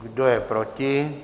Kdo je proti?